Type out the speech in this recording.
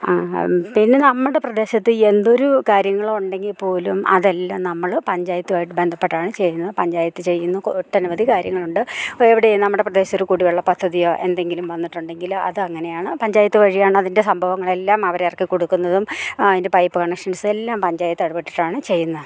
പിന്നെ നമ്മുടെ പ്രദേശത്ത് എന്തൊരു കാര്യങ്ങളോ ഉണ്ടെങ്കിൽ പോലും അതെല്ലാം നമ്മൾ പഞ്ചായത്തുമായിട്ട് ബന്ധപ്പെട്ടാണ് ചെയ്യുന്നത് പഞ്ചായത്ത് ചെയ്യുന്ന ഒട്ടനവധി കാര്യങ്ങളുണ്ട് എവിടെ നമ്മുടെ പ്രദേശത്തൊരു കുടിവെള്ള പദ്ധതിയോ എന്തെങ്കിലും വന്നിട്ടുണ്ടെങ്കിൽ അത് അങ്ങനെയാണ് പഞ്ചായത്ത് വഴിയാണ് അതിൻ്റെ സംഭവങ്ങളെല്ലാം അവരിറക്കി കൊടുക്കുന്നതും അതിൻ്റെ പൈപ്പ് കണക്ഷൻസ് എല്ലാം പഞ്ചായത്ത് ഇടപെട്ടിട്ടാണ് ചെയ്യുന്നത്